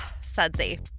sudsy